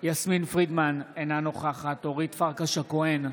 יסמין פרידמן, אינה נוכחת אורית פרקש הכהן,